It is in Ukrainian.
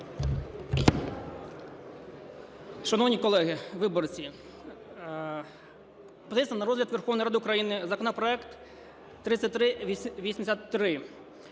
Шановні колеги, виборці, подається на розгляд Верховної Ради України законопроект 3383.